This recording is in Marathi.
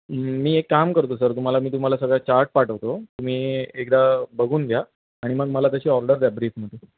मी एक काम करतो सर तुम्हाला मी तुम्हाला सगळ्या चार्ट पाठवतो तुम्ही एकदा बघून घ्या आणि मग मला तशी ऑर्डर द्या ब्रीफमध्ये